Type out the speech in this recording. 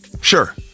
sure